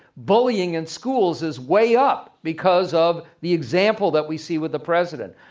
bullying in schools is way up because of the example that we see with the president.